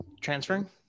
transferring